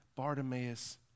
Bartimaeus